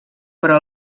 però